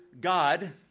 God